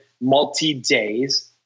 multi-days